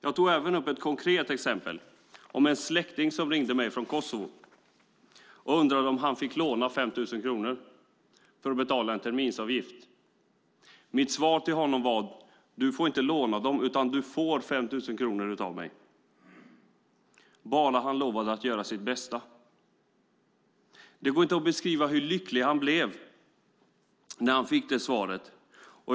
Jag tog upp ett konkret exempel. En släkting ringde mig från Kosovo och undrade om han fick låna 5 000 kronor för att betala en terminsavgift. Jag svarade att jag kunde skänka honom de 5 000 kronorna om han lovade att göra sitt bästa. Det går inte att beskriva hur lycklig han blev när han fick detta svar.